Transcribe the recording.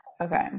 Okay